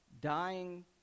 dying